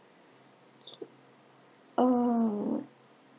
oh